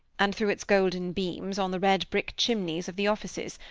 and threw its golden beams on the red brick chimneys of the offices,